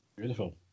Beautiful